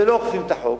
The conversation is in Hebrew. ולא אוכפים את החוק,